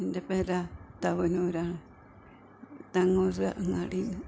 എൻ്റെ പുര തവനൂർ ആണ് തങ്ങൂർ അങ്ങാടിയിൽനിന്ന്